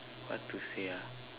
how to say ah